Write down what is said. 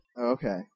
okay